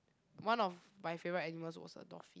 one of my favourite animals was a dolphin